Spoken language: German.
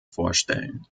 vorstellen